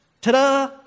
ta-da